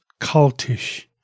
cultish